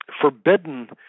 forbidden